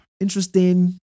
interesting